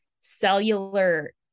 cellular